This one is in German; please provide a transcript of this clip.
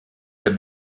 der